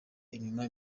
inyuma